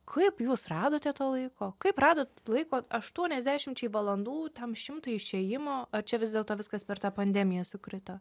kaip jūs radote to laiko kaip radot laiko aštuoniasdešimčiai valandų tam šimtui išėjimo ar čia vis dėlto viskas per tą pandemiją sukrito